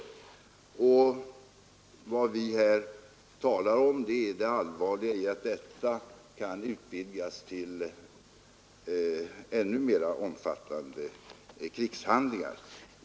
Det allvarliga i detta, som vi här talar om, är att det kan utvidgas till omfattande krigshandlingar.